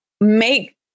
make